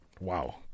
Wow